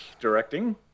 directing